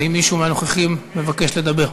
האם מישהו מהנוכחים מבקש לדבר?